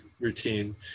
routine